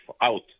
out